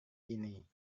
ini